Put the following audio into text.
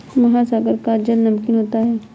महासागर का जल नमकीन होता है